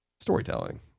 storytelling